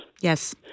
Yes